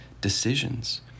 decisions